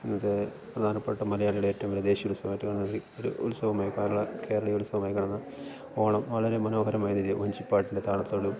ഇന്നത്തെ പ്രധാനപ്പെട്ട മലയാളികളെ ഏറ്റവും വലിയ ദേശീയ ഉത്സവമായിട്ട് കാണുന്ന ഒരു ഉത്സവമായി കേരളീയ ഉത്സവമായി കാണുന്ന ഓണം വളരെ മനോഹരമായ രീതിയിൽ വഞ്ചിപ്പാട്ടിൻ്റെ താളത്തോടും